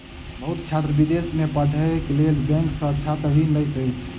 बहुत छात्र विदेश में पढ़ैक लेल बैंक सॅ छात्र ऋण लैत अछि